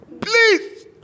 Please